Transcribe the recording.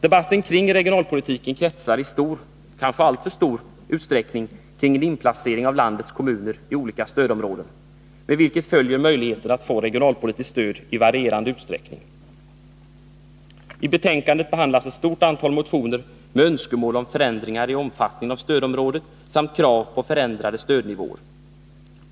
Debatten kring regionalpolitiken kretsar i stor — kanske alltför stor — utsträckning kring en inplacering av landets kommuner i olika stödområden, med vilket följer möjligheten att få regionalpolitiskt stöd i varierande utsträckning. I betänkandet behandlas ett stort antal motioner med önskemål om förändringar i omfattningen av stödområdet samt krav på förändrade stödnivåer.